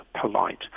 polite